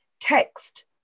text